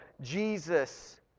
Jesus